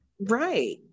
Right